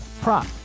prop